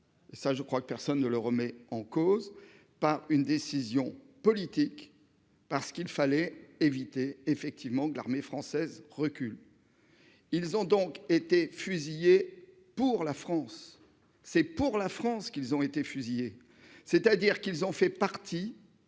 Ça je crois que personne ne le remet en cause par une décision politique. Parce qu'il fallait éviter effectivement que l'armée française recule. Ils ont donc été fusillés pour la France, c'est pour la France qu'ils ont été fusillés. C'est-à-dire qu'ils ont fait partie